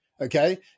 Okay